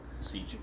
Siege